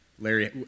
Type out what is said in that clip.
Larry